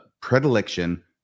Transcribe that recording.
predilection